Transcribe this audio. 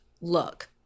look